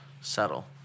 settle